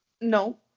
No